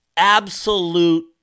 absolute